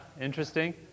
Interesting